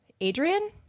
Adrian